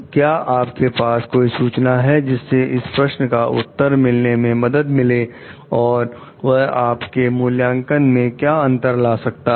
क्या आपके पास कोई सूचना है जिससे इन प्रश्नों का उत्तर मिलने में मदद मिले और वह आपके मूल्यांकन में क्या अंतर ला सकता है